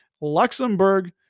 Luxembourg